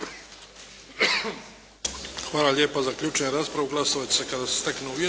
Hvala lijepa. Zaključujem raspravu.